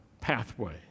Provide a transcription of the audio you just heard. pathway